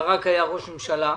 כשברק היה ראש ממשלה,